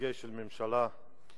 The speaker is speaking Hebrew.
נציגי הממשלה,